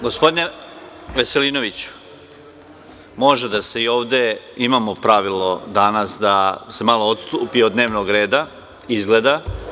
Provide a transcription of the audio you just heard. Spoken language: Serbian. Gospodine Veselinoviću, može da se ovde, imamo pravilo danas da se malo odstupi od dnevnog reda izgleda.